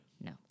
No